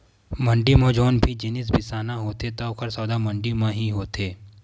मंड़ी म जउन भी जिनिस बिसाना होथे त ओकर सौदा ह मंडी म ही होथे